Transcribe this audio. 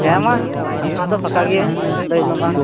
ᱦᱮᱸ ᱢᱟ ᱯᱷᱟᱠᱟ ᱫᱚ ᱯᱷᱟᱠᱟ ᱜᱮ ᱞᱟᱹᱭ ᱢᱮ ᱢᱟ